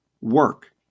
work